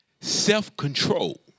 self-control